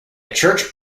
church